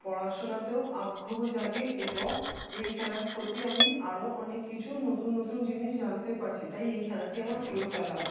পড়াশোনাতেও আগ্রহ জাগে এবং এই খেলার প্রতি আমি আরো অনেক কিছু নতুন নতুন জিনিস জানতে পারছি তাই এই খেলাটি আমার প্রিয় খেলা